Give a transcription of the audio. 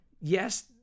Yes